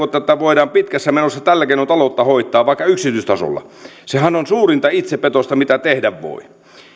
että voidaan pitkässä menossa tällä keinolla taloutta hoitaa vaikka yksityistasolla sehän on suurinta itsepetosta mitä tehdä voi